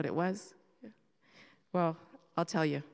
what it was well i'll tell y